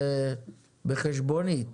זה בחשבונית.